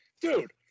Dude